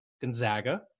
Gonzaga